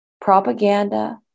propaganda